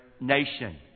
nation